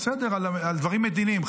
בסדר, על דברים מדיניים.